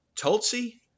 Tulsi